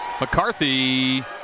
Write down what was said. McCarthy